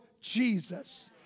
Jesus